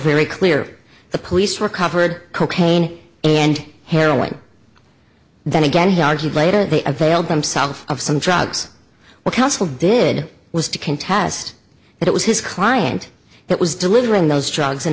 very clear the police recovered cocaine and heroin then again he argued later they availed themselves of some drugs what counsel did was to contest it it was his client that was delivering those drugs in